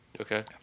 Okay